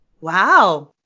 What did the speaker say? Wow